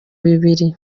bibiri